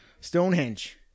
Stonehenge